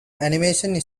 animation